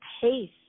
pace